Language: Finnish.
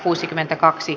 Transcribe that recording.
lausumaehdotus